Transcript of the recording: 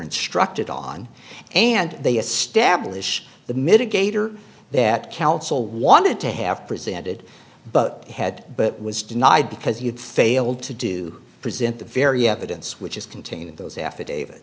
instructed on and they establish the mitigator that counsel wanted to have presented but had but was denied because you've failed to do present the very evidence which is contained in those affidavit